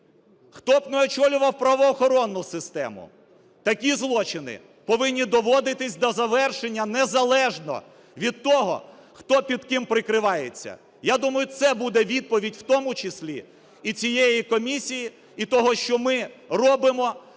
хто б не очолював правоохоронну систему, такі злочини повинні доводитися до завершення, незалежно від того, хто під ким прикривається. Я думаю, це буде відповідь в тому числі і цієї комісії, і того, що ми робимо